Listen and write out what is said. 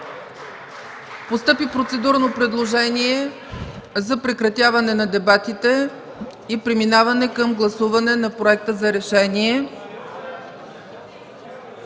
Постъпи процедурно предложение за прекратяване на дебатите и преминаване към гласуване на проекта за решение.